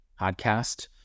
podcast